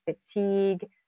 fatigue